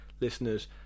listeners